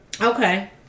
Okay